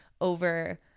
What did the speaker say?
over